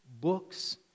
books